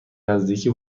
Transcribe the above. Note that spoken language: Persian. نزدیکی